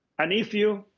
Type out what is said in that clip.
and if you